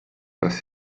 kas